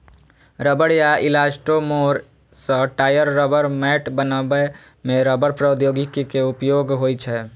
रबड़ या इलास्टोमोर सं टायर, रबड़ मैट बनबै मे रबड़ प्रौद्योगिकी के उपयोग होइ छै